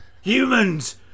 Humans